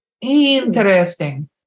Interesting